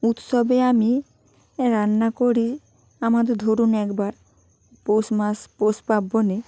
উৎসবে আমি রান্না করি আমাদের ধরুন একবার পৌষ মাস পৌষ পার্বণে